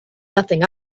nothing